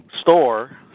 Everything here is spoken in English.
store